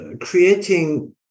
creating